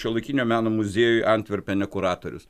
šiuolaikinio meno muziejuj antverpene kuratorius